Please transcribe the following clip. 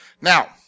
Now